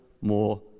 more